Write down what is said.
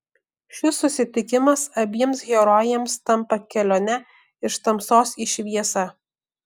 šis susitikimas abiem herojėms tampa kelione iš tamsos į šviesą